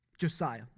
Josiah